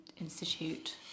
Institute